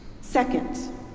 Second